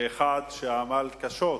כאחד שעמל קשות